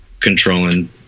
controlling